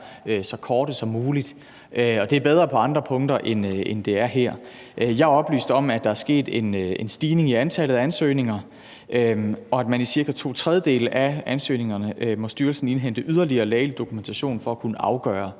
så korte som muligt, og det er bedre på andre punkter, end det er her. Jeg er oplyst om, at der er sket en stigning i antallet af ansøgninger, og at styrelsen i forbindelse med cirka to tredjedele af ansøgningerne må indhente yderligere lægelig dokumentation for at kunne afgøre